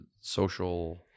social